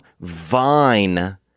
Vine